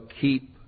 keep